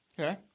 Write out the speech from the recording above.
Okay